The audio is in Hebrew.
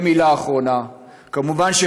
ומילה אחרונה: כמובן,